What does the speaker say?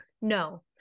No